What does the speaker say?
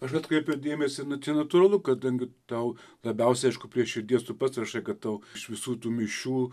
aš atkreipiau dėmesį nu čia natūralu kadangi tau labiausia aišku prie širdies tu pats rašai kad tau iš visų tų mišių